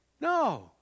No